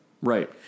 Right